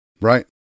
Right